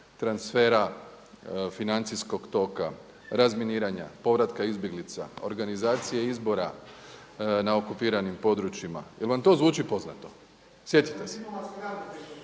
transfera financijskog toka, razminiranja, povratka izbjeglica, organizacije izbora na okupiranim područjima? Jel' vam to zvuči poznato? Sjetite se.